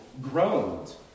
groaned